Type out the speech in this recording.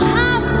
half